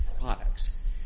products